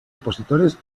opositores